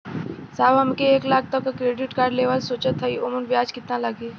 साहब हम एक लाख तक क क्रेडिट कार्ड लेवल सोचत हई ओमन ब्याज कितना लागि?